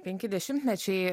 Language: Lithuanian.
penki dešimtmečiai